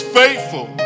faithful